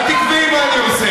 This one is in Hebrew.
למה הצגה?